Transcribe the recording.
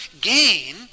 gain